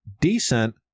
decent